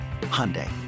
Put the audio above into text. Hyundai